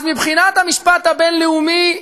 אז מבחינת המשפט הבין-לאומי,